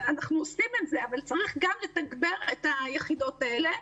אנחנו עושים את זה אבל צריך גם לתגבר את היחידות האלה.